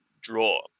draw